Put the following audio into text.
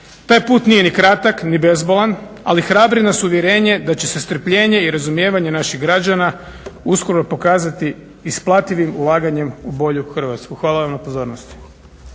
Taj put nije ni kratak ni bezbolan ali hrabri nas uvjerenje da će se strpljenje i razumijevanje naših građana uskoro pokazati isplativim ulaganjem u bolju Hrvatsku. Hvala vam na pozornosti.